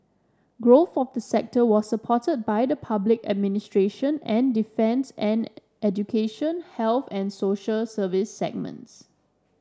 growth of the sector was supported by the public administration and defence and education health and social service segments